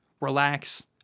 relax